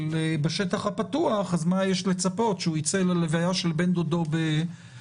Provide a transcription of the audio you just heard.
בשטח פתוח אז מה יש לצפות שהוא ייצא להלוויה של בן דודו במוסקבה.